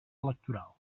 electoral